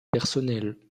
personnel